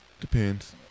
Depends